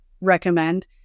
recommend